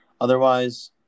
Otherwise